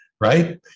right